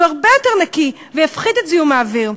הרבה יותר נקי ויפחית את זיהום האוויר,